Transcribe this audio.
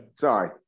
Sorry